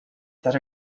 that